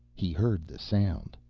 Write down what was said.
he heard the sound.